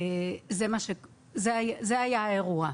זה היה האירוע.